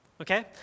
okay